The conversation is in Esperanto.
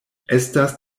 estas